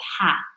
path